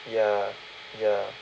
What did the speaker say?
ya ya